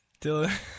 Dylan